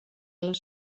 les